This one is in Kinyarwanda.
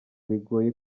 bigoye